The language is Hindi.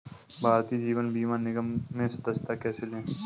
भारतीय जीवन बीमा निगम में सदस्यता कैसे लें?